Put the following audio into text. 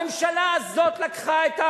הממשלה הזאת לקחה את,